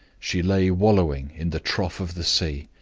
she lay wallowing in the trough of the sea,